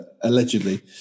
allegedly